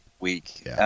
week